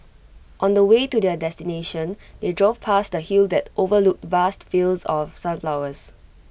on the way to their destination they drove past A hill that overlooked vast fields of sunflowers